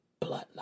bloodline